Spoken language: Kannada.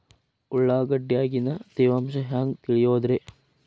ಉಳ್ಳಾಗಡ್ಯಾಗಿನ ತೇವಾಂಶ ಹ್ಯಾಂಗ್ ತಿಳಿಯೋದ್ರೇ?